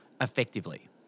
effectively